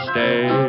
Stay